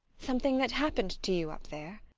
something that happened to you up there?